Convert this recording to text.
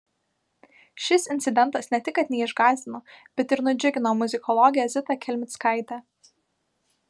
šis incidentas ne tik kad neišgąsdino bet ir nudžiugino muzikologę zitą kelmickaitę